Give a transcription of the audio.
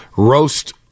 Roast